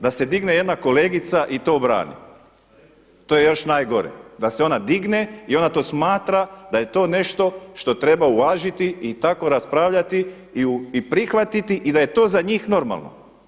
Da se digne jedna kolegica i to brani, to je još najgore da se ona digne i ona to smatra da je to nešto što treba uvažiti i tako raspravljati i prihvatiti i da je to za njih normalno.